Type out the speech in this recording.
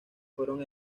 fueron